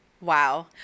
Wow